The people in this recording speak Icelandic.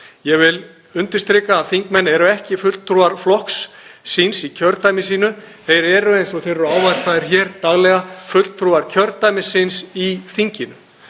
Ég vil undirstrika að þingmenn eru ekki fulltrúar flokks síns í kjördæmi sínu. Þeir eru, eins og þeir eru ávarpaðir hér daglega, fulltrúar kjördæmis síns í þinginu